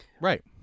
Right